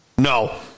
No